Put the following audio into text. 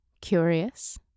Curious